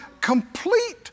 Complete